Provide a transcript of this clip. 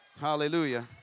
Hallelujah